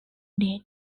date